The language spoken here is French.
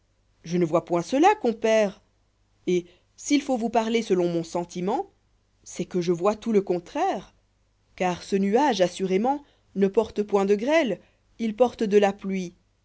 je ne vois point cela compère et s'il faut vous parler selon mon sentiment c'est que je vois tout le contraire car ce nuage assurément ne porte point de grêle il porte de la pluie